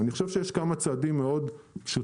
אני חושב שיש כמה צעדים מאוד פשוטים,